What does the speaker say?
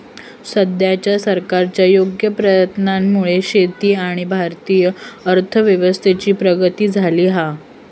सद्याच्या सरकारच्या योग्य प्रयत्नांमुळे शेती आणि भारतीय अर्थव्यवस्थेची प्रगती झाली हा